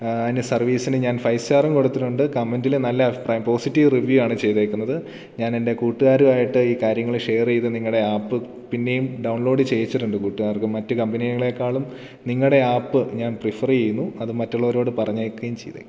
അതിന് സർവിസിന് ഞാൻ ഫൈവ് സ്റ്റാറും കൊടുത്തിട്ടുണ്ട് കമൻ്റിൽ നല്ല പോസിറ്റീവ് റിവ്യൂ ആണ് ചെയ്തിരിക്കുന്നത് ഞാൻ എൻ്റെ കൂട്ടുകാരുമായിട്ട് ഈ കാര്യങ്ങൾ ഷെയർ ചെയ്ത് നിങ്ങളുടെ ആപ്പ് പിന്നെയും ഡൗൺലോഡ് ചെയ്യിച്ചിട്ടുണ്ട് കൂട്ടുകാർക്ക് മറ്റ് കമ്പനികളെക്കാളും നിങ്ങളുടെ ആപ്പ് ഞാൻ പ്രിഫർ ചെയ്യുന്നു അത് മറ്റുള്ളവരോട് പറഞ്ഞേക്കുകയും ചെയ്തേക്കാം